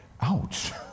Ouch